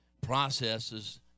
Processes